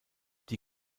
die